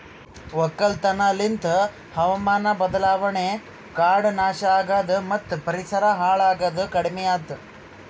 ಒಕ್ಕಲತನ ಲಿಂತ್ ಹಾವಾಮಾನ ಬದಲಾವಣೆ, ಕಾಡು ನಾಶ ಆಗದು ಮತ್ತ ಪರಿಸರ ಹಾಳ್ ಆಗದ್ ಕಡಿಮಿಯಾತು